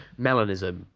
Melanism